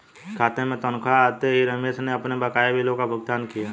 खाते में तनख्वाह आते ही रमेश ने अपने बकाया बिलों का भुगतान किया